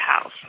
house